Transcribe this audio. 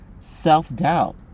Self-doubt